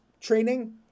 training